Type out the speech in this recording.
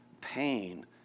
pain